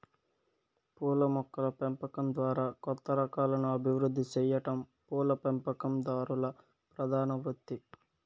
పూల మొక్కల పెంపకం ద్వారా కొత్త రకాలను అభివృద్ది సెయ్యటం పూల పెంపకందారుల ప్రధాన వృత్తి